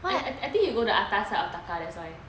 I think you go the atas side of taka that's why